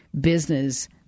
business